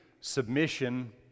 submission